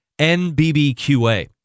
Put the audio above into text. NBBQA